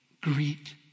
greet